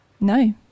no